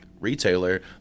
retailer